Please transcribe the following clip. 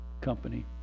Company